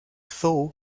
thaw